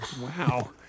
Wow